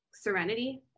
serenity